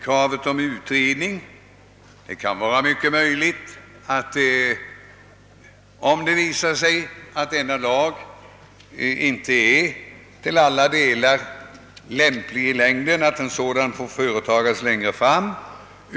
Visar det sig längre fram att denna lag inte är i alla delar tillämplig, anser utskottet att den bör bli föremål för en utredning då.